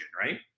right